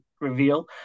reveal